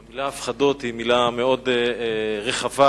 המלה "הפחדות" היא מלה מאוד רחבה.